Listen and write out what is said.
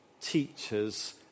Teachers